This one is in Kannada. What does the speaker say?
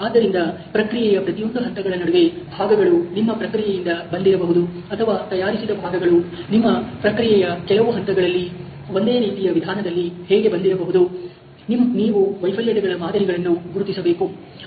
ಆದ್ದರಿಂದ ಪ್ರಕ್ರಿಯೆಯ ಪ್ರತಿಯೊಂದು ಹಂತಗಳ ನಡುವೆ ಭಾಗಗಳು ನಿಮ್ಮ ಪ್ರಕ್ರಿಯೆಯಿಂದ ಬಂದಿರಬಹುದು ಅಥವಾ ತಯಾರಿಸಿದ ಭಾಗಗಳು ನಿಮ್ಮ ಪ್ರಕ್ರಿಯೆಯ ಕೆಲವು ಹಂತಗಳಲ್ಲಿ ಒಂದೇ ರೀತಿಯ ವಿಧಾನದಲ್ಲಿ ಹೇಗೆ ಬಂದಿರಬಹುದು ನೀವು ವೈಫಲ್ಯತೆಗಳ ಮಾದರಿಗಳನ್ನು ಗುರುತಿಸಬೇಕು